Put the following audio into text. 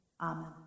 amen